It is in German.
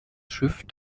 schiff